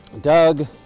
Doug